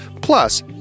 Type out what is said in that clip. Plus